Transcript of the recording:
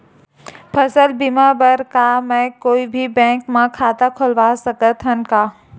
फसल बीमा बर का मैं कोई भी बैंक म खाता खोलवा सकथन का?